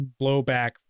blowback